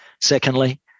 Secondly